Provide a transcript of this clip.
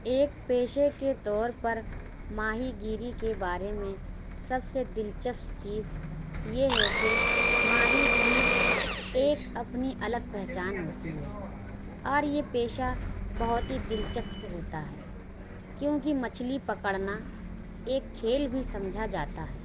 ایک پیشے کے طور پر ماہی گیری کے بارے میں سب سے دل چسپ چیز یہ ہے کہ ماہی گیر ایک اپنی الگ پہچان ہوتی ہے اور یہ پیشہ بہت ہی دل چسپ ہوتا ہے کیونکہ مچھلی پکڑنا ایک کھیل بھی سمجھا جاتا ہے